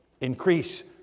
Increase